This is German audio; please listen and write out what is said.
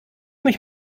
mich